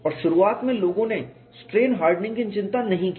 और शुरूआत में लोगों ने स्ट्रेन हार्डनिंग की चिंता नहीं की